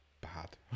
bad